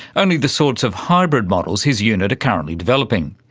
only the sorts of hybrid models his unit are currently developing.